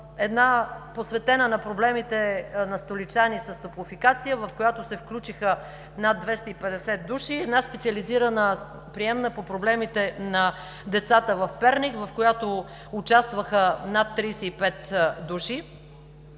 Една – посветена на проблемите на столичани с „Топлофикация“, в която се включиха над 250 души. Една специализирана приемна по проблемите на децата в Перник, в която участваха над 35 души.